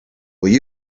will